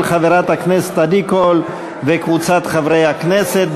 של חברת הכנסת עדי קול וקבוצת חברי הכנסת,